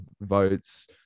votes